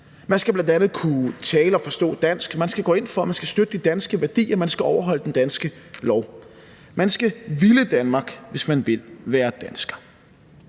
Man skal bl.a. kunne tale og forstå dansk, man skal gå ind for og støtte de danske værdier, og man skal overholde den danske lovgivning. Man skal ville Danmark, hvis man vil være dansker.